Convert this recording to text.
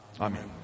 Amen